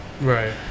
Right